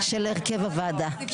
הרכב הוועדה.